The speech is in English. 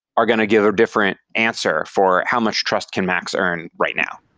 are going to give a different answer for how much trust can max earn right now.